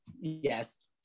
yes